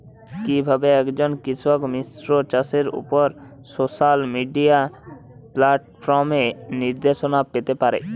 কিভাবে একজন কৃষক মিশ্র চাষের উপর সোশ্যাল মিডিয়া প্ল্যাটফর্মে নির্দেশনা পেতে পারে?